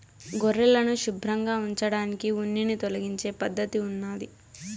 గొర్రెలను శుభ్రంగా ఉంచడానికి ఉన్నిని తొలగించే పద్ధతి ఉన్నాది